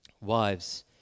Wives